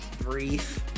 brief